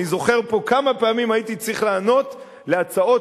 אני זוכר פה כמה פעמים הייתי צריך לענות על הצעות